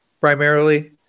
primarily